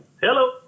Hello